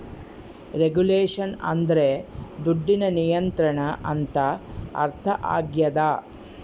regulation ಅಂದ್ರೆ ದುಡ್ಡಿನ ನಿಯಂತ್ರಣ ಅಂತ ಅರ್ಥ ಆಗ್ಯದ